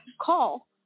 call